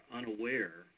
unaware